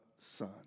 Son